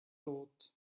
thought